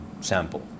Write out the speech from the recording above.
sample